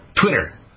Twitter